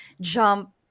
jump